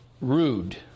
rude